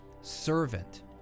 servant